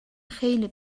خیلی